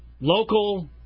local